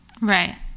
Right